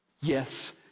yes